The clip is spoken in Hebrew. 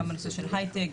גם הנושא של הייטק,